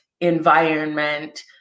environment